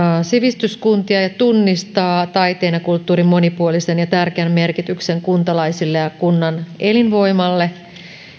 sivistyskuntia ja tunnistaa taiteen ja kulttuurin monipuolisen ja tärkeän merkityksen kuntalaisille ja kunnan elinvoimalle